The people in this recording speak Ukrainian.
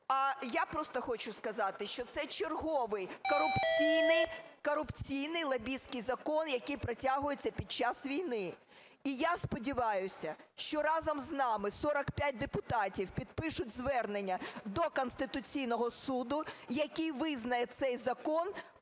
А я просто хочу сказати, що це черговий корупційний, лобістський закон, який протягується під час війни. І я сподіваюся, що разом з нами 45 депутатів підпишуть звернення до Конституційного Суду, який визнає цей закон